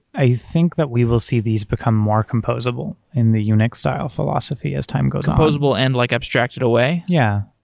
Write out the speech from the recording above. i think that we will see these become more composable in the unix style philosophy as time goes on. composable and like abstract it away? yeah.